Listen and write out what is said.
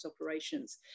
operations